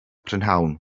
prynhawn